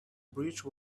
bridge